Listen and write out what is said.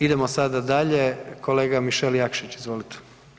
Idemo sada dalje, kolega Mišel Jakšić, izvolite.